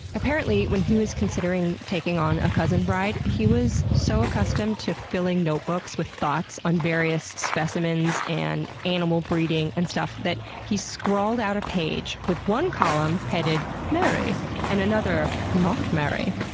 apparently when he was considering taking on a cousin-bride, he was so accustomed to filling notebooks with thoughts on various specimens and animal breeding and that he scrawled out a page with one column headed marry and another not marry.